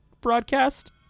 broadcast